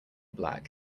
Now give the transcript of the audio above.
black